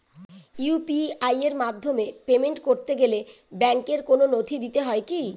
UPI এর মাধ্যমে payment করতে গেলে ব্যাংকের কোন নথি দিতে হয় কি?